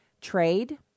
trade